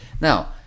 now